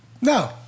No